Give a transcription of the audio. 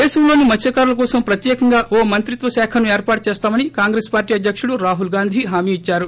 దేశంలోని మత్స కారుల కోసం ప్రత్యేకంగా ఓ మంత్రిత్వశాఖను ఏర్పాటు చేస్తామని కాంగ్రెస్ పార్టీ అధ్యకుడు రాహుల్ గాంధీ హామీ ఇచ్చారు